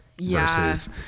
versus